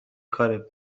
کارت